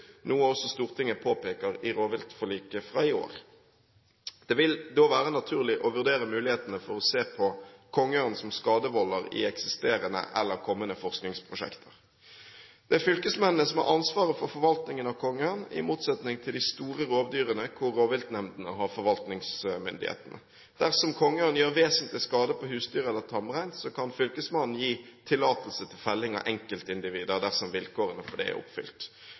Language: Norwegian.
noe også Stortinget påpeker i rovviltforliket fra i år. Det vil da være naturlig å vurdere mulighetene for å se på kongeørn som skadevolder i eksisterende eller kommende forskningsprosjekter. Det er fylkesmennene som har ansvaret for forvaltningen av kongeørn, i motsetning til de store rovdyrene hvor rovviltnemndene har forvaltningsmyndigheten. Dersom kongeørn gjør vesentlig skade på husdyr eller tamrein, kan fylkesmannen gi tillatelse til felling av enkeltindivider dersom vilkårene for det er oppfylt.